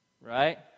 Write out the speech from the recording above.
right